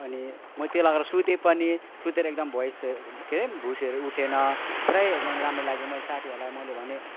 अनि म त्यो लगाएर सुतेँ पनि सुतेर एकदम भोइस ए के अरे भुसहरू उठेन पुरै एकदम राम्रो लाग्यो मैले साथीहरूलाई मैले भनेँ